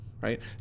right